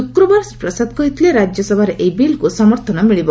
ଶୁକ୍ରବାର ଶ୍ରୀ ପ୍ରସାଦ କହିଥିଲେ ରାଜ୍ୟସଭାରେ ଏହି ବିଲ୍କୁ ସମର୍ଥନ ମିଳିବ